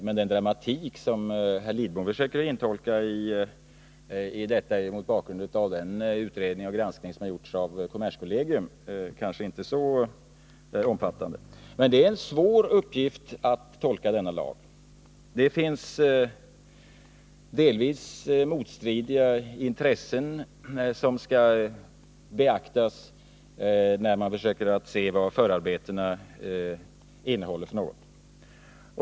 Men den dramatik som herr Lidbom försöker intolka i detta är mot bakgrund av den utredning och granskning som har gjorts av kommerskollegium kanske inte så stor. Det är en svår uppgift att tolka denna lag. Det finns delvis motstridiga intressen som skall beaktas när man försöker se vad förarbetena innehåller.